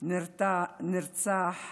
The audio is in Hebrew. נרצח